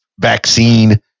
vaccine